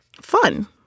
fun